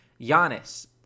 Giannis